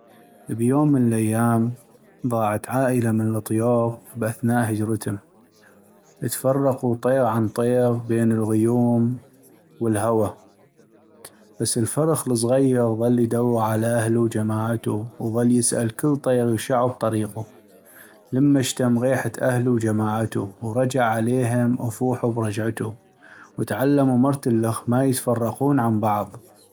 بيوم من الايام ضاعت عائلة من الطيوغ باثناء هجرتم .تفرقوا طيغ عن طيغ بين الغيوم والهوى ، بس الفرخ الصغيغ ضل يدوغ على اهلو وجماعتو وضل يسأل كل طيغ يغشعو بطريقو.لما اشتم غيحت اهلو وجماعتو .ورجع عليهم وفغحو برجعتو .واتعلمو مرتلخ ما يتفرقون عن بعض.